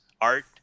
art